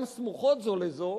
גם סמוכות זו לזו,